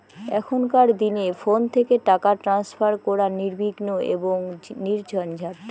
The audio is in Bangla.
এখনকার দিনে ফোন থেকে টাকা ট্রান্সফার করা নির্বিঘ্ন এবং নির্ঝঞ্ঝাট